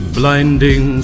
blinding